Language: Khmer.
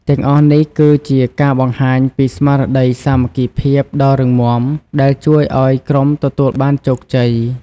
ទាំងអស់នេះគឺជាការបង្ហាញពីស្មារតីសាមគ្គីភាពដ៏រឹងមាំ ដែលជួយឲ្យក្រុមទទួលបានជោគជ័យ។